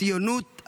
ציונות,